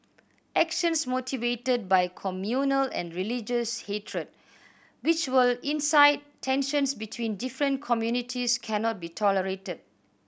actions motivated by communal and religious hatred which will incite tensions between different communities cannot be tolerated